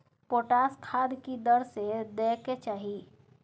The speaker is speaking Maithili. पोटास खाद की दर से दै के चाही?